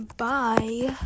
bye